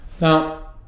Now